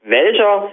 welcher